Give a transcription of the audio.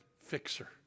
fixer